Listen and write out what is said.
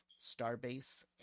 Starbase